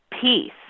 peace